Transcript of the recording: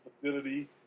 facility